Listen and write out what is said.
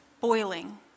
boiling